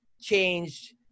changed